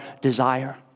desire